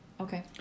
Okay